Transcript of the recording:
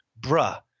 Bruh